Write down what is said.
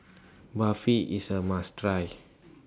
Barfi IS A must Try